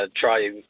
try